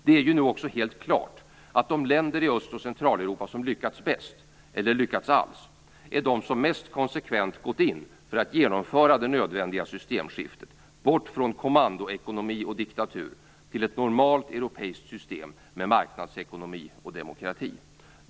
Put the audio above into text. Det är nu också helt klart att de länder i Öst och Centraleuropa som lyckats bäst, eller lyckats alls, är de som mest konsekvent gått in för att genomföra det nödvändiga systemskiftet, bort från kommandoekonomi och diktatur till ett normalt europeiskt system med marknadsekonomi och demokrati.